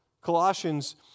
Colossians